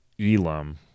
Elam